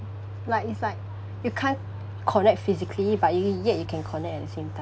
like it's like you can't connect physically but y~ yet you can connect at the same time